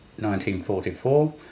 1944